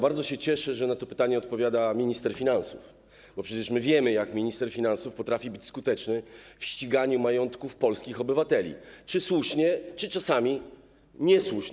Bardzo się cieszę, że na to pytanie odpowiada minister finansów, bo przecież my wiemy, jak minister finansów potrafi być skuteczny w ściganiu majątków polskich obywateli, czy słusznie, czy czasami niesłusznie.